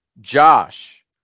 Josh